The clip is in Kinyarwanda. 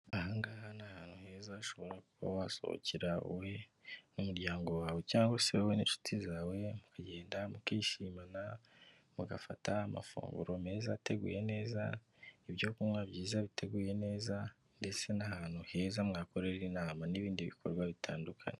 Ahangaha ni ahantu heza ushobora kuba wasohokera wowe n'umuryango wawe cyangwa se wowe n'inshuti zawe mukagenda mukishimana, mugafata amafunguro meza ateguye neza ibyo kunywa byiza biteguye neza ndetse nahantu heza mwakorera inama n'ibindi bikorwa bitandukanye.